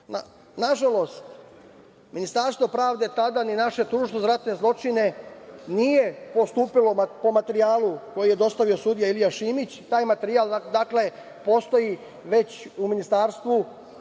Nažalost, Ministarstvo pravde tada, a ni naše Tužilaštvo za ratne zločine, nije postupalo po materijalu koje je dostavio sudija Ilija Šimić. Taj materijal postoji u Ministarstvu